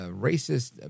racist